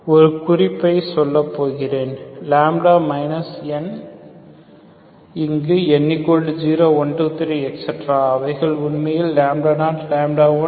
ஒரு குறிப்பை சொல்லப்போகிறேன் ns இங்கு n 0 1 2 3 அவைகள் உண்மையில் 0 1 2